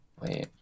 Wait